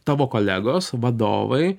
tavo kolegos vadovai